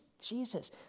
Jesus